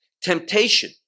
Temptation